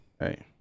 Right